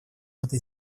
этой